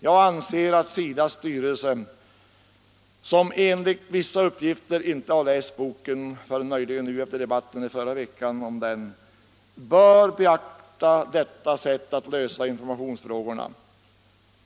Jag anser att SIDA:s styrelse, som enligt vissa uppgifter inte har läst boken — förrän möjligen efter debatten förra veckan om den —, bör beakta detta sätt att lösa informationsfrågorna.